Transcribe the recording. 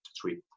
tweet